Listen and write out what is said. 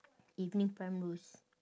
evening primrose